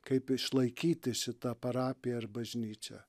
kaip išlaikyti šitą parapiją ar bažnyčią